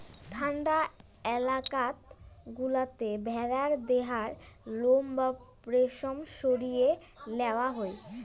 ঠান্ডা এলাকাত গুলাতে ভেড়ার দেহার লোম বা রেশম সরিয়ে লেয়া হই